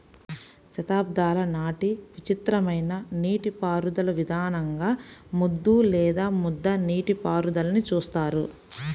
శతాబ్దాల నాటి విచిత్రమైన నీటిపారుదల విధానంగా ముద్దు లేదా ముద్ద నీటిపారుదలని చూస్తారు